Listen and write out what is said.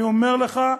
אני אומר לך,